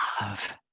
love